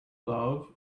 love